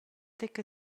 tec